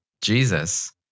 Jesus